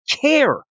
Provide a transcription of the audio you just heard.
care